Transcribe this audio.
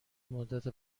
مدت